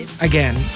Again